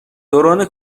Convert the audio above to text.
دوران